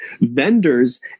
Vendors